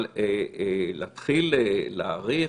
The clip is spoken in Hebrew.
אבל להתחיל להאריך